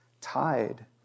tied